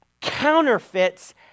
counterfeits